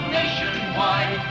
Nationwide